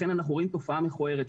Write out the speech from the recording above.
לכן אנחנו רואים תופעה מכוערת,